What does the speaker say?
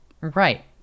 Right